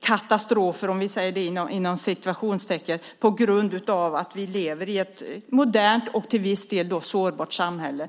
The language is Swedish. katastrofer - om vi säger det inom citattecken - på grund av att vi lever i ett modernt och till viss del sårbart samhälle.